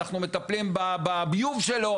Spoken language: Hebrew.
אנחנו מטפלים בביוב שלו